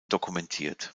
dokumentiert